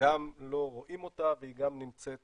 שגם לא רואים אותה והיא גם נמצאת